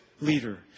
leader